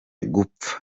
gupfa